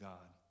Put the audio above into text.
God